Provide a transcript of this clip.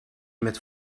met